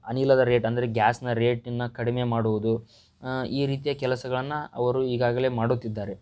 ಅನಿಲದ ರೇಟ್ ಅಂದರೆ ಗ್ಯಾಸ್ನ ರೇಟ್ ಇನ್ನು ಕಡಿಮೆ ಮಾಡುವುದು ಈ ರೀತಿಯ ಕೆಲಸಗಳನ್ನ ಅವರು ಈಗಾಗಲೇ ಮಾಡುತ್ತಿದ್ದಾರೆ